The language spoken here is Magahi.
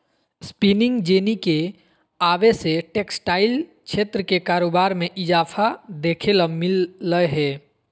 स्पिनिंग जेनी के आवे से टेक्सटाइल क्षेत्र के कारोबार मे इजाफा देखे ल मिल लय हें